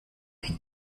czy